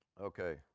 Okay